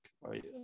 right